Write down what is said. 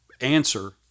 answer